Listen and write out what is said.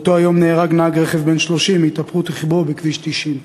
באותו היום נהרג נהג רכב בן 30 בהתהפכות רכבו בכביש 90,